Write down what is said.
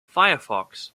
firefox